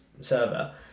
server